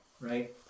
right